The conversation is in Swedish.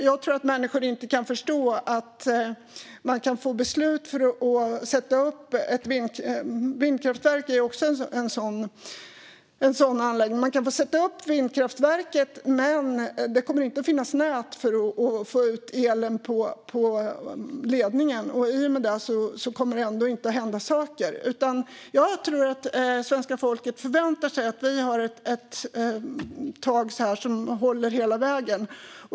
Jag tror att människor inte kan förstå att de kan få beslut om att sätta upp ett vindkraftverk, som ju också är en sådan anläggning, men att det inte kommer att finnas nät för att få ut elen på ledningen, vilket gör att det inte kommer att hända saker. Jag tror att svenska folket förväntar sig att vi nu tar tag i detta så att det håller hela vägen.